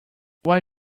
why